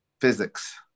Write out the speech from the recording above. physics